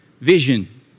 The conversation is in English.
vision